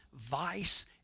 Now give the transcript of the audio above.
vice